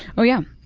oh yeah,